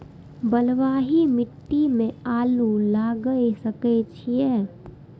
बलवाही मिट्टी में आलू लागय सके छीये?